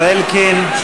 תודה לשר אלקין.